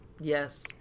Yes